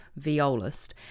violist